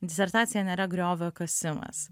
disertacija nėra griovio kasimas